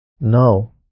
No